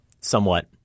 somewhat